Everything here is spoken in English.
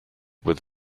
with